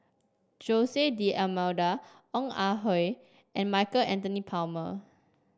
Jose D'Almeida Ong Ah Hoi and Michael Anthony Palmer